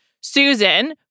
Susan